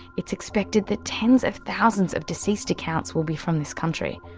it's expected that tens of thousands of deceased accounts will be from this country.